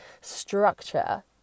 structure